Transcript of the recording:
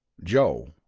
joe.